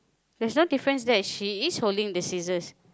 there's no difference there she is holding the scissors